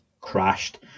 crashed